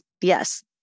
Yes